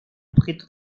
objeto